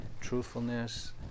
truthfulness